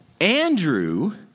Andrew